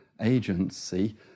agency